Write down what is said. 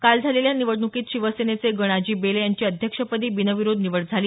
काल झालेल्या निवडणुकीत शिवसेनेचे गणाजी बेले यांची अध्यक्षपदी बिनविरोध निवड झाली